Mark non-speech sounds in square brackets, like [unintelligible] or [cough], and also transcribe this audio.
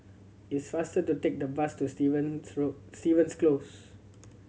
it is faster to take the bus to Stevens [unintelligible] Stevens Close